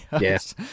Yes